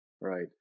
right